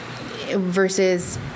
versus